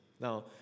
Now